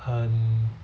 很